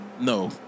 no